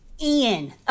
Ian